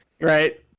Right